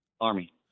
Army